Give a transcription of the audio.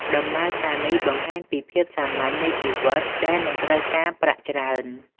ដំណើរការនេះបង្ហាញពីភាពសាមញ្ញនៃជីវិតដែលមិនត្រូវការប្រាក់ច្រើន។